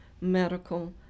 medical